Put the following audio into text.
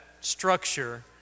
structure